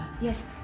Yes